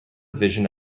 vision